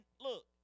look